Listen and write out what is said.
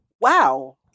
Wow